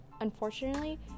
Unfortunately